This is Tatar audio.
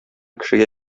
кешегә